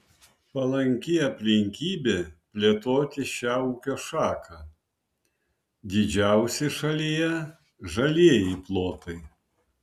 palanki aplinkybė plėtoti šią ūkio šaką didžiausi šalyje žalieji plotai